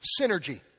synergy